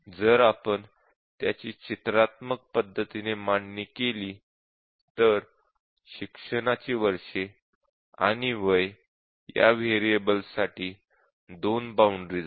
जर आपण त्याची चित्रात्मक पद्धतीने मांडणी केली तर "शिक्षणाची वर्षे" आणि "वय" या व्हेरिएबलसाठी 2 बाउंडरीज आहेत